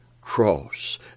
cross